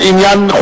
כדי להכינה לקריאה,